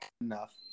enough